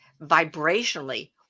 vibrationally